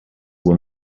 were